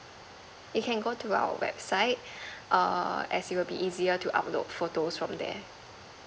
so can go to our website err as it will be easier to upload photo from there